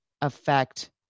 affect